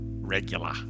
regular